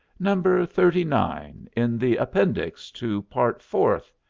number thirty nine, in the appendix to part fourth.